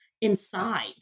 inside